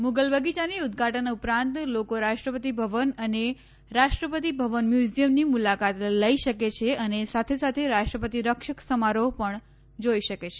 મુગલ બગીચાના ઉદઘાટન ઉપરાંત લોકો રાષ્ટ્રપતિ ભવન અને રાષ્ટ્રપતિ ભવન મ્યુઝિયમની મુલાકાત લઈ શકે છે અને સાથે સાથે રાષ્ટ્રપતિ રક્ષક સમારોહ પણ જોઇ શકે છે